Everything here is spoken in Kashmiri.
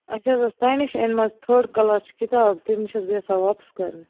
اَسہِ حظ ٲسۍ تۄہہِ نِش أنۍمٕژ تھٲرڈ کٕلاس چہِ کِتاب تِم چھَس بہٕ یَژھان واپَس کَرنہِ